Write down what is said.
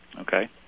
Okay